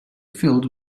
filled